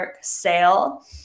sale